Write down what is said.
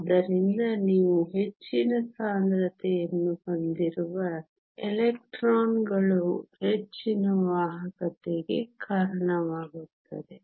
ಆದ್ದರಿಂದ ನೀವು ಹೆಚ್ಚಿನ ಸಾಂದ್ರತೆಯನ್ನು ಹೊಂದಿರುವ ಎಲೆಕ್ಟ್ರಾನ್ಗಳು ಹೆಚ್ಚಿನ ವಾಹಕತೆಗೆ ಕಾರಣವಾಗುತ್ತದೆ